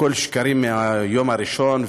הכול שקרים מהיום הראשון.